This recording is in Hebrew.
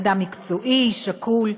הוא אדם מקצועי, שקול.